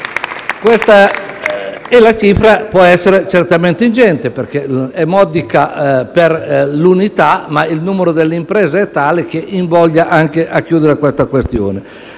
FI-BP)*. La cifra può essere certamente ingente; è modica per l'unità, ma il numero delle imprese è tale che invoglia a chiudere la questione.